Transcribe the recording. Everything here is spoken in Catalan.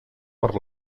per